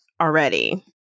already